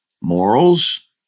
morals